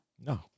No